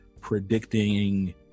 predicting